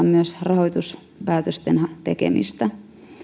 myös hidastaa rahoituspäätösten tekemistä